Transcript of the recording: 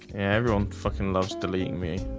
everyone fucking loves deleting me